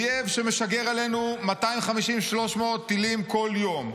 אויב שמשגר עלינו 250 300 טילים כל יום,